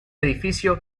edificio